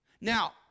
Now